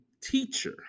teacher